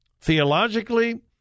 Theologically